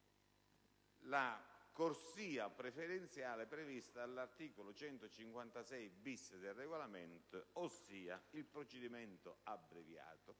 la corsia preferenziale prevista dell'articolo 156-*bis* del Regolamento, ossia il procedimento abbreviato,